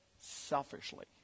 selfishly